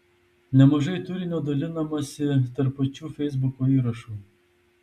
nemažai turinio dalinamasi tarp pačių feisbuko įrašų